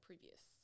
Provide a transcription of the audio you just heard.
Previous